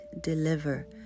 deliver